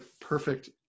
perfect